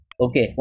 okay